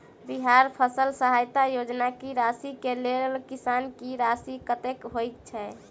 बिहार फसल सहायता योजना की राशि केँ लेल किसान की राशि कतेक होए छै?